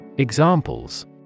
Examples